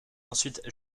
ensuite